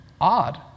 Odd